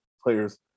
players